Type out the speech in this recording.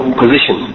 position